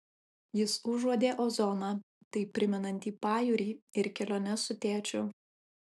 jis užuodė ozoną taip primenantį pajūrį ir keliones su tėčiu